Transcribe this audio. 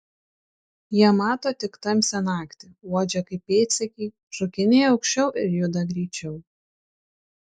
jie mato tik tamsią naktį uodžia kaip pėdsekiai šokinėja aukščiau ir juda greičiau